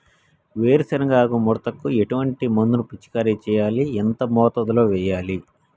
వేరుశెనగ ఆకు ముడతకు ఎటువంటి మందును పిచికారీ చెయ్యాలి? ఎంత మోతాదులో చెయ్యాలి?